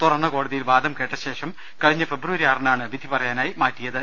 തുറന്ന കോടതി യിൽ വാദംകേട്ടശേഷം കഴിഞ്ഞ ഫെബ്രുവരി ആറിനാണ് വിധിപറയാ നായി മാറ്റിയത്